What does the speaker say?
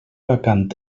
vacant